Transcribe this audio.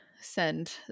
send